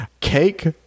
Cake